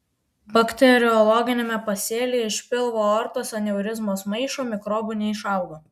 bakteriologiniame pasėlyje iš pilvo aortos aneurizmos maišo mikrobų neišaugo